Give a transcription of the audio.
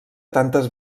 tantes